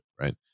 right